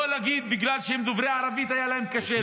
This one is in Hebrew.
לא להגיד שבגלל שהם דוברי ערבית היה להם קשה,